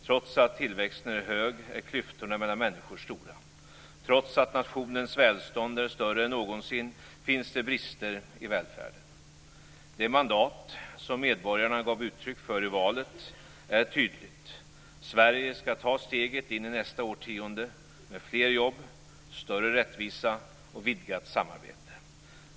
Trots att tillväxten är hög är klyftorna mellan människor stora. Trots att nationens välstånd är större än någonsin finns det brister i välfärden. Det mandat som medborgarna gav uttryck för i valet är tydligt. Sverige skall ta steget in i nästa årtionde med fler jobb, större rättvisa och vidgat samarbete.